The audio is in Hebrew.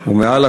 ומעל הכול,